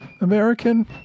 American